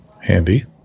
Handy